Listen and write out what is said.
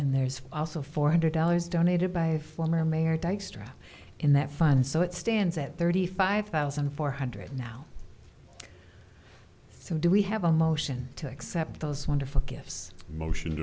and there's also four hundred dollars donated by a former mayor dykstra in that fund so it stands at thirty five thousand four hundred now so do we have a motion to accept those wonderful gifts